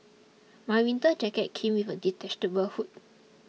my winter jacket came with a detachable hood